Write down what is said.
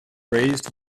raised